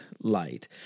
light